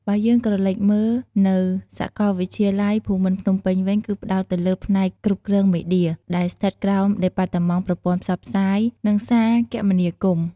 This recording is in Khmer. បើយើងក្រឡេកមើល នៅសាកលវិទ្យាល័យភូមិន្ទភ្នំពេញវិញ គឺផ្តោតទៅលើផ្នែកគ្រប់គ្រងមេឌៀ ដែលស្ថិតក្រោមដេប៉ាតឺម៉ង់ប្រព័ន្ធផ្សព្វផ្សាយ និងសារគមនាគមន៍។